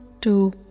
two